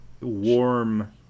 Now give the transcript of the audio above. warm